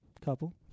Couple